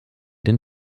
den